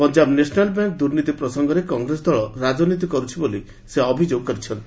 Punjab National Bank ଦୁର୍ନୀତି ପ୍ରସଙ୍ଗରେ Congress ଦଳ ରାଜନୀତି କରୁଛି ବୋଲି ସେ କହିଛନ୍ତି